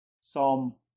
Psalm